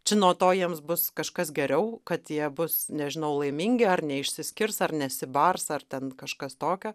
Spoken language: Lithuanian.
čia nuo to jiems bus kažkas geriau kad jie bus nežinau laimingi ar neišsiskirs ar nesibars ar ten kažkas tokio